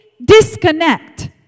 disconnect